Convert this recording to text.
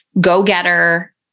go-getter